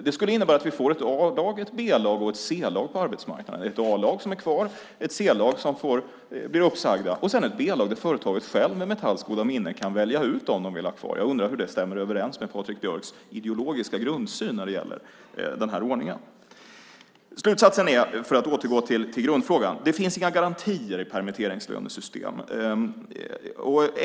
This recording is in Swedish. Det skulle innebära att vi får ett A-lag, ett B-lag och ett C-lag på arbetsmarknaden - ett A-lag som är kvar, ett C-lag som blir uppsagda och ett B-lag där företaget självt med Metalls goda minne kan välja ut dem som de vill ha kvar. Jag undrar hur den ordningen stämmer överens med Patrik Björcks ideologiska grundsyn. Slutsatsen är, för att återgå till grundfrågan, att det inte finns några garantier i permitteringslönesystemet.